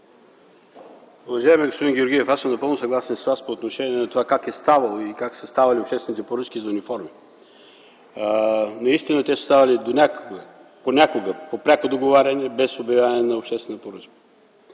Уважаеми господин Георгиев! Напълно съм съгласен с Вас по отношение на това как е ставало и са ставали обществените поръчки за униформи. Наистина са ставали понякога чрез пряко договаряне без обявяване на обществена поръчка.